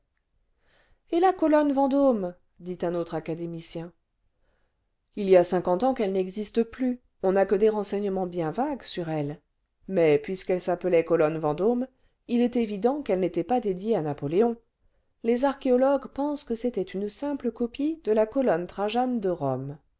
et la colonne vendôme dit un autre académicien il y a cinquante ans qu'elle n'existe plus on n'a que des renseignements bien vagues sur elle mais puisqu'elle s'appelait colonne vendôme il est évident qu'elle n'était pas dédiée à napoléon les archéologues pensent que c'était une simple copie de la colonne trajane cle rome